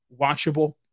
watchable